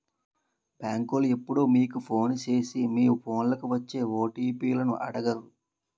బేంకోలు ఎప్పుడూ మీకు ఫోను సేసి మీ ఫోన్లకి వచ్చే ఓ.టి.పి లను అడగరు